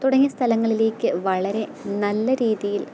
തുടങ്ങിയ സ്ഥലങ്ങളിലേക്ക് വളരെ നല്ല രീതിയില്